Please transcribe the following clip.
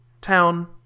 town